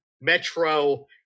metro